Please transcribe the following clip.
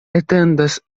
etendas